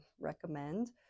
recommend